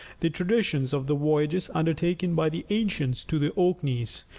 the traditions of the voyages undertaken by the ancients to the orkneys,